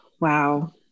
Wow